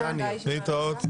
להתראות.